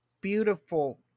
beautiful